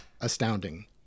astounding